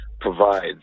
provides